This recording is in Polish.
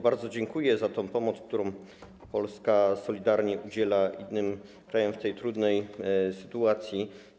Bardzo dziękuję za tę pomoc, której Polska solidarnie udziela innym w tej trudnej sytuacji.